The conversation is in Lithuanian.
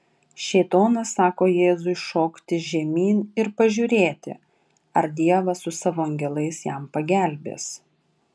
šėtonas sako jėzui šokti žemyn ir pažiūrėti ar dievas su savo angelais jam pagelbės